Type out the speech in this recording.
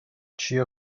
چیه